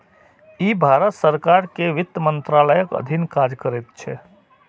ई भारत सरकार के वित्त मंत्रालयक अधीन काज करैत छै